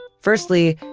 firstly,